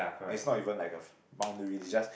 and is not even like a boundary is just